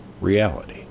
reality